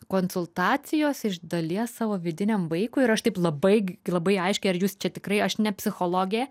konsultacijos iš dalies savo vidiniam vaikui ir aš taip labai labai aiškiai ar jūs čia tikrai aš ne psichologė